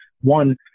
one